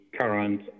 current